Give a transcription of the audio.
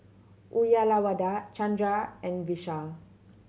Uyyalawada Chandra and Vishal